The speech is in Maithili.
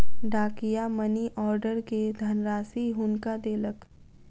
डाकिया मनी आर्डर के धनराशि हुनका देलक